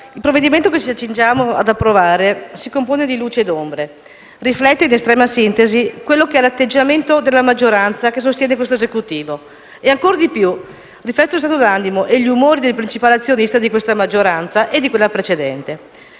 il provvedimento che ci accingiamo ad approvare si compone di luci ed ombre. Riflette, in estrema sintesi, l'atteggiamento della maggioranza che sostiene questo Esecutivo e, ancora di più, lo stato d'animo e gli umori del principale azionista di questa maggioranza e di quella precedente.